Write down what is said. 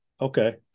Okay